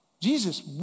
Jesus